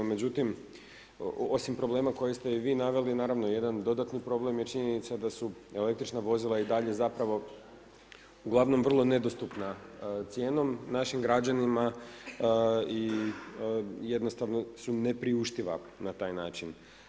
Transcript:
Međutim, osim problema koje ste i vi naveli naravno jedan dodatni problem je činjenica da su električna vozila i dalje uglavnom vrlo nedostupna cijenom našim građanima i jednostavno su ne priuštiva na taj način.